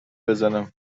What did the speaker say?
بزنم